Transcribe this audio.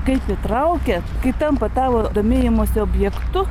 kaip įtraukia kai tampa tavo domėjimosi objektu